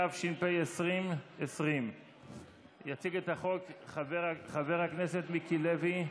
התש"ף 2020. יציג את החוק חבר הכנסת מיקי לוי,